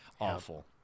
Awful